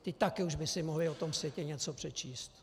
Ti také už by si mohli o tom světě něco přečíst.